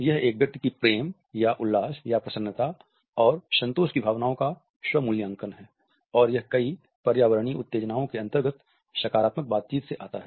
यह एक व्यक्ति की प्रेम या उल्लास या प्रसन्नता और संतोष की भावनाओं का स्व मूल्यांकन है और यह कई पर्यावरणीय उत्तेजनाओं के अंतर्गत सकारात्मक बातचीत से आता है